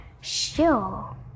Sure